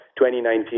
2019